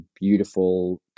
beautiful